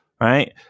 right